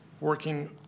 working